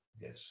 yes